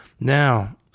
Now